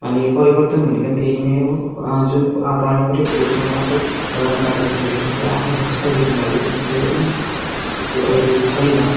अनि परिवर्तन भनेको पनि त्यही नै हो जुन न पारम्परिक रूपमा चाहिँ कलम कागजमा लेखिन्थ्यो आफ्नै हस्तलिपीमा लेखिन्थ्यो होइन त्यो अहिले छैन